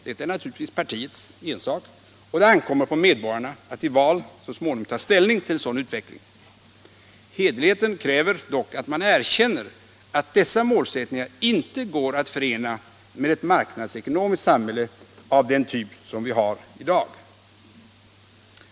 Detta är naturligtvis partiets ensak, och det ankommer på medborgarna att i val så småningom ta ställning till en sådan utveckling. Hederligheten kräver dock att man erkänner att dessa målsättningar inte går att förena med ett marknadsekonomiskt samhälle av den typ som vi har i dag.